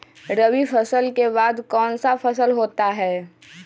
रवि फसल के बाद कौन सा फसल होता है?